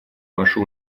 ваше